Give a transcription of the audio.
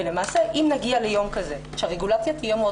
אם נגיע ליום כזה שהרגולציה תהיה מאוד